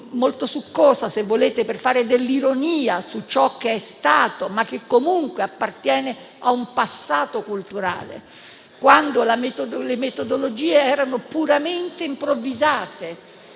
molto succosa, se volete, per fare dell'ironia su ciò che è stato, ma che comunque appartiene a un passato culturale, quando le metodologie erano puramente improvvisate,